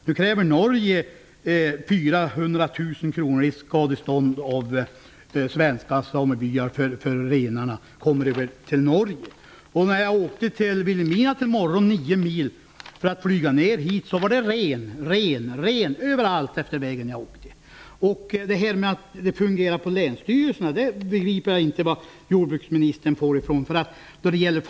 Norge kräver 400 000 kr i skadestånd av svenska samebyar, för att renarna kommer över till Norge. När jag i morse åkte 9 mil till Vilhelmina för att flyga hit var det också ren överallt efter vägen. Jag vet inte varifrån jordbruksministern har fått uppgiften att det fungerar på länsstyrelserna.